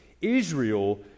Israel